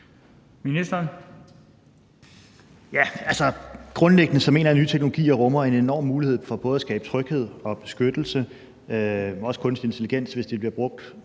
Grundlæggende mener jeg, at nye teknologier rummer en enorm mulighed for at skabe både tryghed og beskyttelse, også kunstig intelligens, hvis de bliver brugt